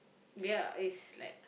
ya is like